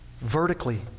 vertically